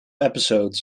episodes